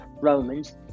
Romans